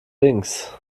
links